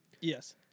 Yes